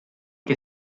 que